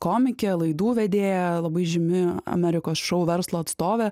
komikė laidų vedėja labai žymi amerikos šou verslo atstovė